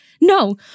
No